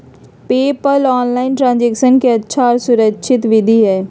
PayPal online transaction के अच्छा और सुरक्षित विधि हई